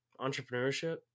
entrepreneurship